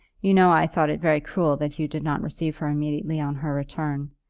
you know i thought it very cruel that hugh did not receive her immediately on her return.